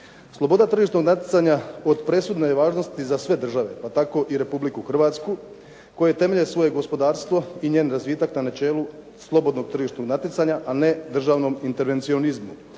Sloboda tržišnog natjecanja od presudne je važnosti za sve države, pa tako i Republiku Hrvatsku koja temelji svoje gospodarstvo i njen razvitak na načelu slobodnog tržišnog natjecanja, a ne državnom intervencionizmu